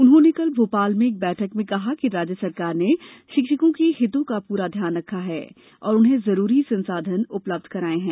उन्होंने कल भोपाल में एक बैठक में कहा कि राज्य सरकार ने शिक्षकों के हितों का पूरा ध्यान रखा है और उन्हें जरूरी संसाधन उपलब्ध कराये हैं